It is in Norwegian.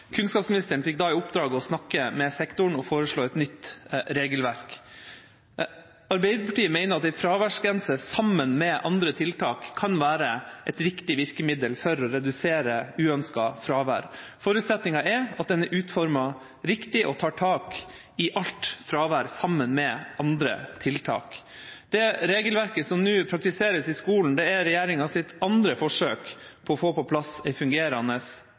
Kunnskapsministeren fikk da i oppdrag å snakke med sektoren og foreslå et nytt regelverk. Arbeiderpartiet mener at en fraværsgrense, sammen med andre tiltak, kan være et riktig virkemiddel for å redusere uønsket fravær. Forutsetningen er at den er utformet riktig og tar tak i alt fravær, sammen med andre tiltak. Det regelverket som nå praktiseres i skolen, er regjeringas andre forsøk på å få på plass en fungerende